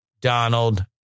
Donald